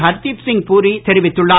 ஹர்தீப் சிங் புரி தெரிவித்துள்ளார்